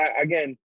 again